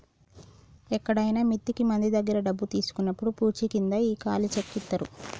ఎక్కడైనా మిత్తికి మంది దగ్గర డబ్బు తీసుకున్నప్పుడు పూచీకింద ఈ ఖాళీ చెక్ ఇత్తారు